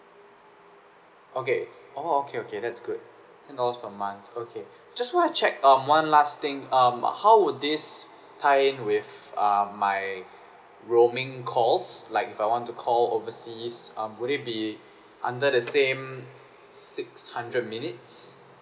okay orh okay okay that's good ten dollars per month okay just wanna check um one last thing um how would this tie in with uh my roaming calls like I want to call overseas um would it be under the same six hundred minutes